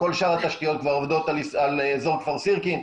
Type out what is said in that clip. כל שאר התשתיות כבר עובדות על אזור כפר סירקין.